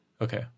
Okay